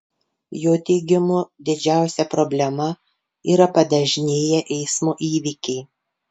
jo teigimu didžiausia problema yra padažnėję eismo įvykiai